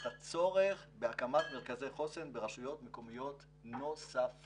הצורך בהקמת מרכזי חוסן ברשויות מקומיות נוספות.